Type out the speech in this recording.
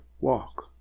walk